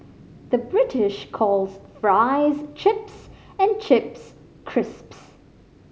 the British calls fries chips and chips crisps